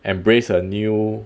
embrace a new